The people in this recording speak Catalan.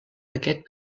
aquest